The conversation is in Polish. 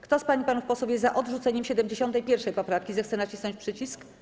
Kto z pań i panów posłów jest za odrzuceniem 71. poprawki, zechce nacisnąć przycisk.